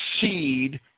seed